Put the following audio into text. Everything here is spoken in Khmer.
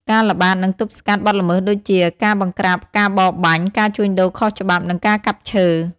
ការល្បាត និងទប់ស្កាត់បទល្មើសដូចជា ការបង្ក្រាបការបរបាញ់ ការជួញដូរខុសច្បាប់ និងការកាប់ឈើ។